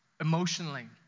emotionally